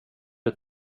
det